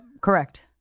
correct